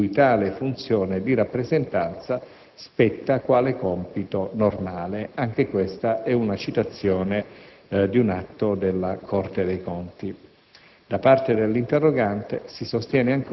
ed in particolare sui dirigenti, cui tale funzione di rappresentanza spetta quale compito normale», anche questa è una citazione di un atto della Corte dei conti.